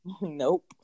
Nope